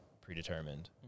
predetermined